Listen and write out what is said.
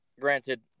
Granted